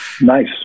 nice